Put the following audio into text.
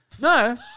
No